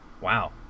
Wow